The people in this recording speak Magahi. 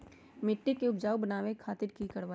मिट्टी के उपजाऊ बनावे खातिर की करवाई?